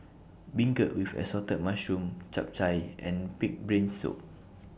Beancurd with Assorted Mushrooms Chap Chai and Pig'S Brain Soup